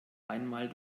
einmal